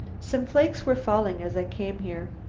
some flakes were falling as i came here.